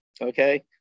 okay